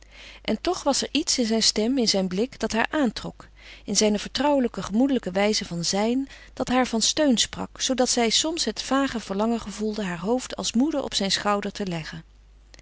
en toch was er iets in zijn stem in zijn blik dat haar aantrok in zijne vertrouwelijke gemoedelijke wijze van zijn dat haar van steun sprak zoodat zij soms het vage verlangen gevoelde haar hoofd als moede op zijn schouder te leggen